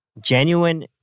genuine